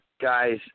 Guys